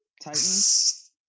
Titans